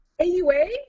AUA